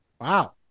Wow